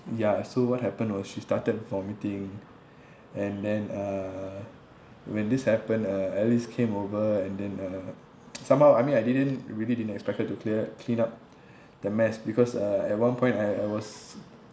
ya so what happened was she started vomiting and then uh when this happened uh alice came over and then uh somehow I mean I didn't really didn't expect her to clear clean up the mess because uh at one point I I was